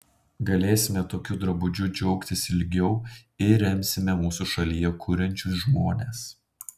galėsime tokiu drabužiu džiaugtis ilgiau ir remsime mūsų šalyje kuriančius žmones